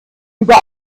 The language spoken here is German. über